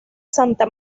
santa